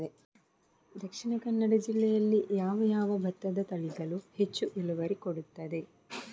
ದ.ಕ ಜಿಲ್ಲೆಯಲ್ಲಿ ಯಾವ ಯಾವ ಭತ್ತದ ತಳಿಗಳು ಹೆಚ್ಚು ಇಳುವರಿ ಕೊಡುತ್ತದೆ?